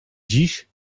dziś